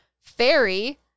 fairy